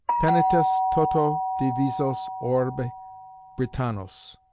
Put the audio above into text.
penitus toto divisos orbe britannos.